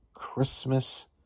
Christmas